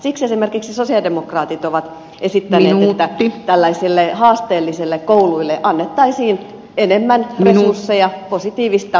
siksi esimerkiksi sosialidemokraatit ovat esittäneet että tällaisille haasteellisille kouluille annettaisiin enemmän resursseja positiivista ikään kuin lisäresursointia